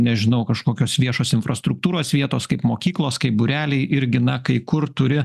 nežinau kažkokios viešos infrastruktūros vietos kaip mokyklos kaip būreliai irgi na kai kur turi